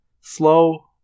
Slow